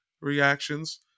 reactions